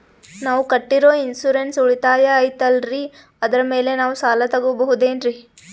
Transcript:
ನಾವು ಕಟ್ಟಿರೋ ಇನ್ಸೂರೆನ್ಸ್ ಉಳಿತಾಯ ಐತಾಲ್ರಿ ಅದರ ಮೇಲೆ ನಾವು ಸಾಲ ತಗೋಬಹುದೇನ್ರಿ?